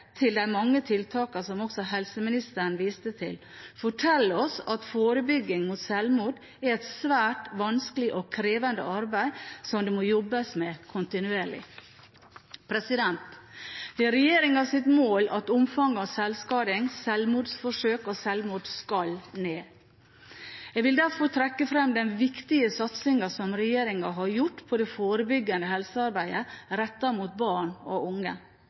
til de mange tiltakene som også helseministeren viste til – forteller oss at forebygging av sjølmord er et svært vanskelig og krevende arbeid, som det må jobbes med kontinuerlig. Det er regjeringens mål at omfanget av sjølskading, sjølmordsforsøk og sjølmord skal ned. Jeg vil derfor trekke frem den viktige satsingen som regjeringen har hatt på det forebyggende helsearbeidet rettet mot barn og unge.